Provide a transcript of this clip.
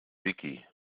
wiki